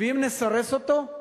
ואם נסרס אותו,